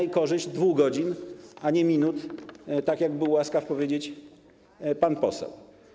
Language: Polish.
To korzyść 2 godzin, a nie minut, jak był łaskaw powiedzieć pan poseł.